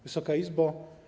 Wysoka Izbo!